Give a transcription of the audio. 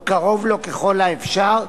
או קרוב לו ככל האפשר,